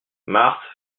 marthe